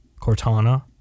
Cortana